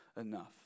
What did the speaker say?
enough